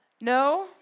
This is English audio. No